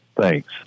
Thanks